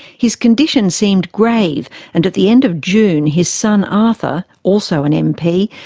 his condition seemed grave and at the end of june his son arthur, also an mp,